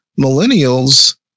millennials